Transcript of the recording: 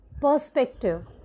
perspective